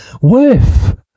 worth